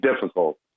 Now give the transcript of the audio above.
difficult